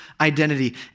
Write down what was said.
identity